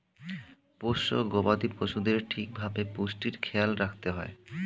পোষ্য গবাদি পশুদের ঠিক ভাবে পুষ্টির খেয়াল রাখতে হয়